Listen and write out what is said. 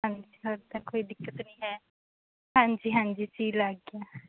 ਹਾਂਜੀ ਹਜੇ ਤਾਂ ਕੋਈ ਦਿੱਕਤ ਨਹੀਂ ਹੈ ਹਾਂਜੀ ਹਾਂਜੀ ਜੀਅ ਲੱਗ ਗਿਆ